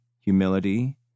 humility